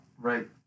Right